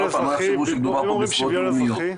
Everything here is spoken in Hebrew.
כדי שלא יחשבו שמדובר פה בזכויות לאומיות.